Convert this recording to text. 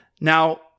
Now